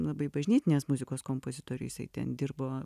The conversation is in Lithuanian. labai bažnytinės muzikos kompozitoriu jisai ten dirbo